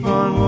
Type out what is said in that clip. on